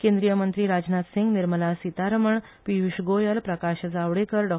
केंद्रीयमंत्री राजनाथ सिंग निर्माला सिथारामण पियुश गोयल प्रकाश जावडेकर डॉ